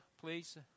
please